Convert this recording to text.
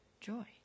joy